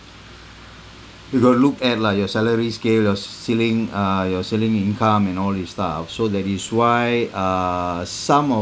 you gotta look at lah your salary scale your ceiling uh your ceiling income and all these stuff so that is why uh some of